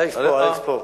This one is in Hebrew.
אלכס פה.